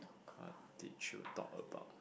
what did you talk about